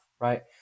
right